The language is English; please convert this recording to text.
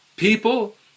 People